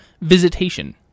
visitation